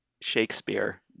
Shakespeare